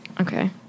Okay